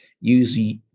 use